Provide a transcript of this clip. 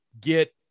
get